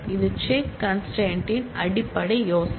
இது check constraint அடிப்படை யோசனை